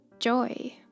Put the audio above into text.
joy